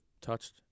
touched